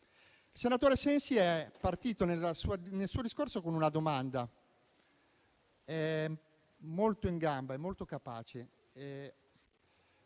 Il senatore Sensi è partito nel suo discorso con una domanda. È molto in gamba e molto capace